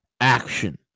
action